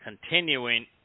continuing